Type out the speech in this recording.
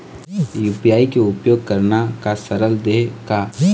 UPI के उपयोग करना का सरल देहें का?